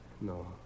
No